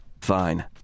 Fine